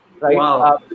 Right